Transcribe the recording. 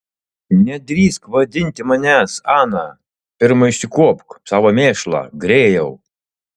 nedrįsk vadinti manęs ana pirma išsikuopk savo mėšlą grėjau